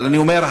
אבל אני אומר,